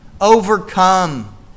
Overcome